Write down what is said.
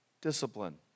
discipline